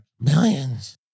Millions